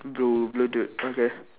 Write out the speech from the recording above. blue blue dude okay